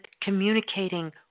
communicating